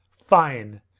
fine!